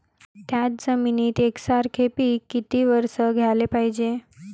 थ्याच जमिनीत यकसारखे पिकं किती वरसं घ्याले पायजे?